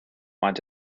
want